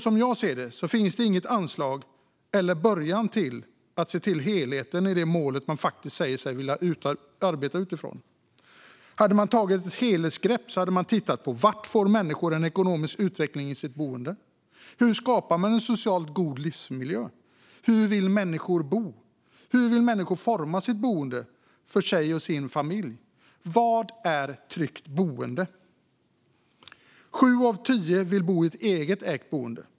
Som jag ser det finns det inget anslag eller någon början till att se till helheten i det mål som man faktiskt säger sig vilja arbeta utifrån. Hade man tagit ett helhetsgrepp hade man tittat på var människor får en ekonomisk utveckling i sitt boende. Hur skapar man en socialt god livsmiljö? Hur vill människor bo? Hur vill människor forma sitt boende för sig och sin familj? Vad är ett tryggt boende? Sju av tio vill bo i ett eget ägt boende.